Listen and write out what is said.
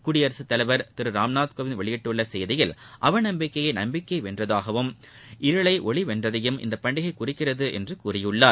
குடியரசுத் தலைவர் திரு ராம்நாத் கோவிந்த் வெளியிட்டுள்ள செய்தியில் அவநம்பிக்கையை நம்பிக்கை வென்றதையும் இருளை ஒளி வென்றதையும் இப்பண்டிகை குறிக்கிறது என்று கூறியுள்ளார்